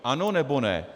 Ano, nebo ne?